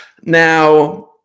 Now